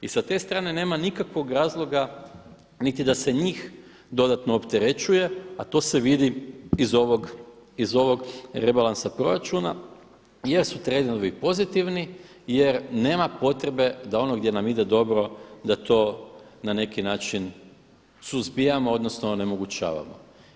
I sa te strane nema nikakvog razloga niti da se njih dodatno opterećuje a to se vidi iz ovog rebalansa proračuna jer su trendovi pozitivni jer nema potrebe da ono gdje nam ide dobro da to na neki način suzbijamo odnosno onemogućavamo.